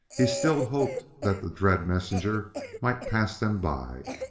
he still hoped that the dread messenger might pass them by,